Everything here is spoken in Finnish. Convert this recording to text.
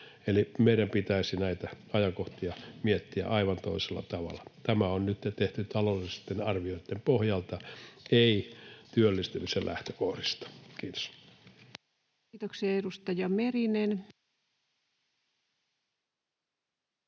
Eli meidän pitäisi näitä ajankohtia miettiä aivan toisella tavalla. Tämä on nytten tehty taloudellisten arvioitten pohjalta, ei työllistymisen lähtökohdista. — Kiitos. [Speech